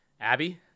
Abby